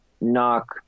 knock